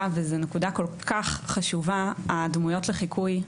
וזאת נקודה מאוד חשובה וזה הדמויות לחיקוי.